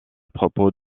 propos